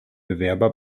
bewerber